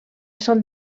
sol